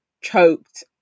choked